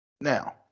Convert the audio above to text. Now